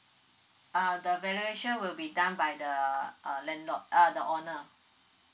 uh the validation will be done by the uh landlord uh the owner